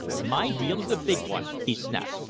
my deal is a big one, he snapped.